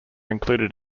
included